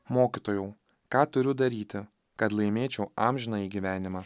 mokytojau ką turiu daryti kad laimėčiau amžinąjį gyvenimą